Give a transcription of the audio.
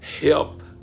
help